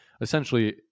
essentially